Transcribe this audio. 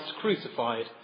crucified